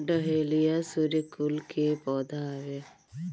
dahlia सूर्यकुल के पौधा हवे